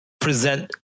present